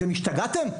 אתם השתגעתם?